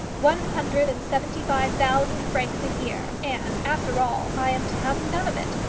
one hundred and seventy-five thousand francs a year and after all i am to have none of it!